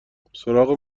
سراغ